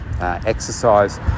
exercise